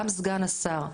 גם סגן השר,